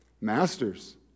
Masters